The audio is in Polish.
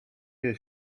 jej